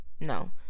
no